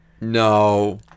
no